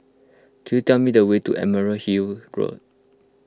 could you tell me the way to Emerald Hill Road